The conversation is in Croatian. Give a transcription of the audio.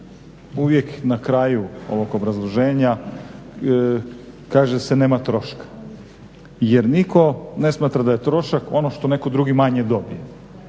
uvijek na kraju ovog obrazloženja kaže se nema troška. Jer nitko ne smatra da je trošak ono što netko drugi manje dobije.